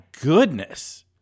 goodness